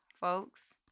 Folks